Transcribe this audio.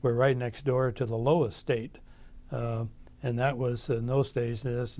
we're right next door to the lowest state and that was in those days this